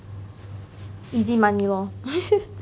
easy money lor